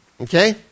okay